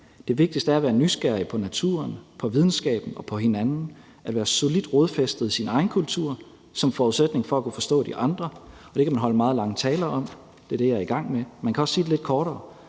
det vigtigste er at være nysgerrig på naturen, på videnskaben og på hinanden og at være solidt rodfæstet i sin egen kultur som forudsætning for at kunne forstå de andre. Det kan man holde meget lange taler om. Det er det, jeg er i gang med. Man kan også sige det lidt kortere.